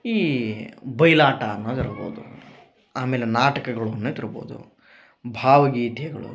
ಈ ಬೈಲಾಟ ಅನ್ನೋದು ಇರ್ಬೋದು ಆಮೇಲೆ ನಾಟಕಗಳು ಅನ್ನೋದು ಇರ್ಬೋದು ಭಾವಗೀತೆಗಳು